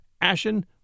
ashen